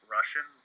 Russian